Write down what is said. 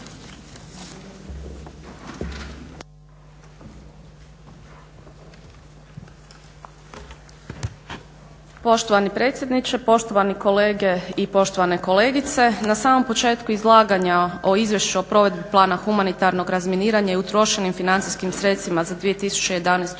Poštovani predsjedniče, poštovani kolege i poštovane kolegice na samom početku izlaganja o Izvješću o provedbi Plana humanitarnog razminiranja i utrošenim financijskim sredstvima za 2011. godinu